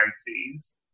sees